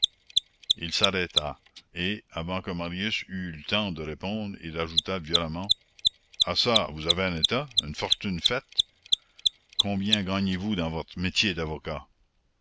il s'arrêta et avant que marius eût eu le temps de répondre il ajouta violemment ah çà vous avez un état une fortune faite combien gagnez-vous dans votre métier d'avocat